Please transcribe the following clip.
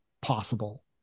possible